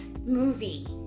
movie